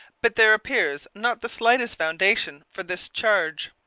but there appears not the slightest foundation for this charge.